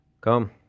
Come